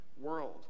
world